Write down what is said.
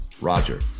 Roger